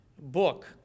book